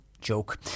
joke